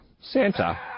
Santa